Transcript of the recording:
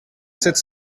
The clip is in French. sept